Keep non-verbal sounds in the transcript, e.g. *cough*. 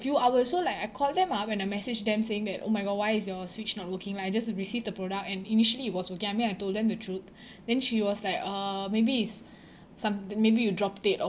few hours so like I called them up and I message them saying that oh my god why is your switch not working lah I just received the product and initially it was working I mean I told them to truth *breath* then she was like uh maybe it's *breath* some~ maybe you dropped it or